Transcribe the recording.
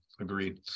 agreed